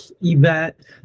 event